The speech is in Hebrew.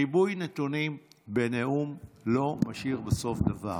ריבוי נתונים בנאום לא משאיר בסוף דבר.